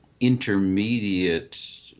intermediate